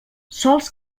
sols